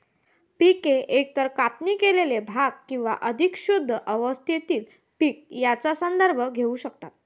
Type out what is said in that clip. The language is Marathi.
पिके एकतर कापणी केलेले भाग किंवा अधिक शुद्ध अवस्थेतील पीक यांचा संदर्भ घेऊ शकतात